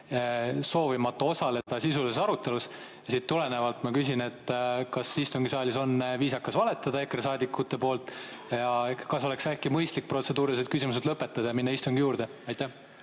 soovimata osaleda sisulises arutelus. Siit tulenevalt ma küsin: kas istungisaalis on viisakas EKRE saadikutel valetada ja kas oleks äkki mõistlik protseduurilised küsimused lõpetada ja minna istungi juurde? Aitäh!